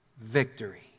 victory